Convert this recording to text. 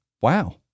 Wow